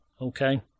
Okay